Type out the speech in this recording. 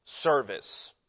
service